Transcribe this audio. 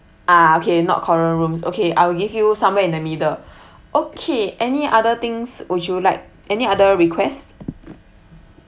ah okay not corner rooms okay I will give you somewhere in the middle okay any other things would you like any other request